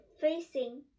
facing